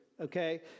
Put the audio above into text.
okay